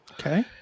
Okay